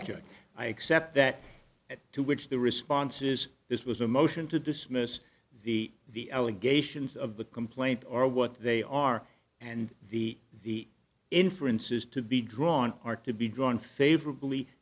ok i accept that as to which the response is this was a motion to dismiss the the allegations of the complaint are what they are and the the inferences to be drawn are to be drawn favorably